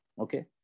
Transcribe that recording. okay